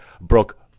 broke